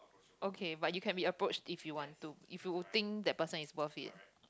okay but you can be approached if you want to if you think that person is worth it